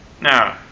Now